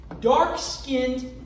dark-skinned